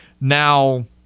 Now